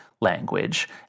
language